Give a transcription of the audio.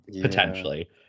potentially